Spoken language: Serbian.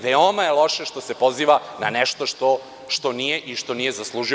Veoma je loše što se poziva na nešto što nije i što nije zaslužio.